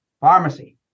Pharmacy